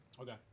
Okay